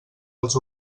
als